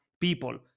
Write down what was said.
people